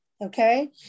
okay